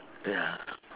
ya